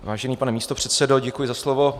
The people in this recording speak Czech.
Vážený pane místopředsedo, děkuji za slovo.